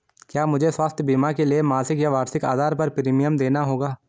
क्या मुझे स्वास्थ्य बीमा के लिए मासिक या वार्षिक आधार पर प्रीमियम देना होगा?